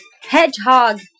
Hedgehog